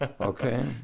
Okay